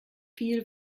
viel